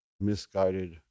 misguided